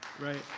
Right